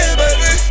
baby